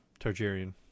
Targaryen